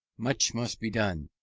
much must be done,